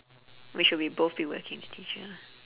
we should be both be whacking the teacher